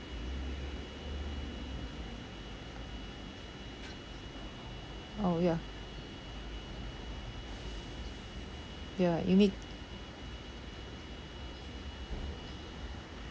orh ya ya you need